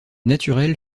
naturels